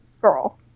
Girl